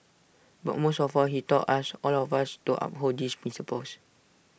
but most of all he taught us all of us to uphold these principles